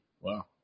Wow